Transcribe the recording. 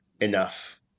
enough